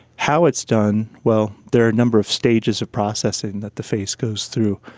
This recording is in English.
how it's done, well, there are a number of stages of processing that the face goes through.